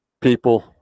people